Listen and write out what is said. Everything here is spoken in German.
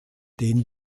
den